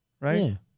Right